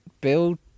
build